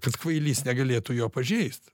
kad kvailys negalėtų jo pažeist